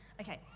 Okay